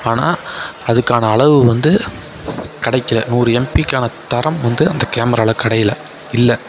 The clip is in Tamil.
ஆனால் அதுக்கான அளவு வந்து கடைக்கலை நூறு எம்பிக்கான தரம் வந்து அந்த கேமராவில கடையில இல்லை